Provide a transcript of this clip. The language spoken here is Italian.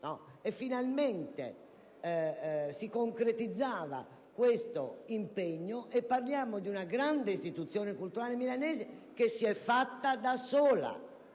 finalmente si concretizzava questo impegno per una grande istituzione culturale milanese che si è fatta da sola.